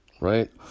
right